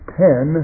ten